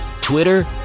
Twitter